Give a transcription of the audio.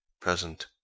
present